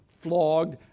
flogged